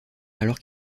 alors